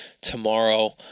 tomorrow